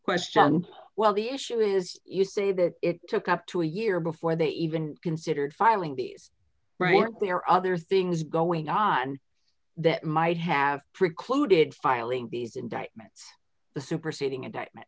question well the issue is you say that it took up to a year before they even considered filing these right there are other things going on that might have precluded filing these indictments the superseding